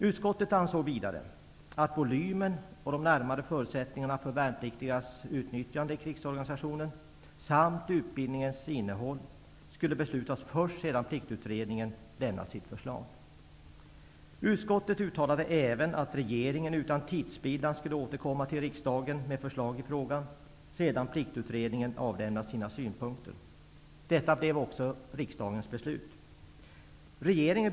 Utskottet ansåg vidare att volymen och de närmare förutsättningarna för värnpliktigas utnyttjande i krigsorganisationen, samt utbildningens innehåll, skulle beslutas först sedan pliktutredningen lämnat sitt förslag. Utskottet uttalade även att regeringen utan tidsspillan skulle återkomma till riksdagen med förslag i frågan sedan pliktutredningen avlämnat sina synpunkter. Detta blev också riksdagens beslut.